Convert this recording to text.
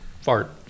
fart